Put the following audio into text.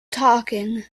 talking